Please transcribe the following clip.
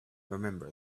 remember